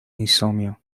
insomnio